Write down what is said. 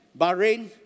Bahrain